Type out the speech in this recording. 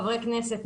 חברי כנסת,